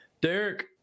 Derek